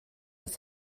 als